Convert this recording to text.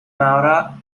malta